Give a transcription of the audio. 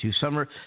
summer